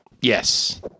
Yes